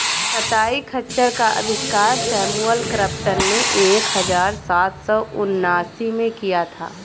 कताई खच्चर का आविष्कार सैमुअल क्रॉम्पटन ने एक हज़ार सात सौ उनासी में किया था